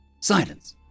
Silence